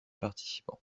participants